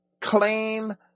claim